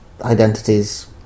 identities